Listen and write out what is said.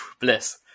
bliss